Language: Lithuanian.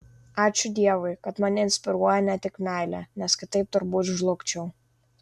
ačiū dievui kad mane inspiruoja ne tik meilė nes kitaip turbūt žlugčiau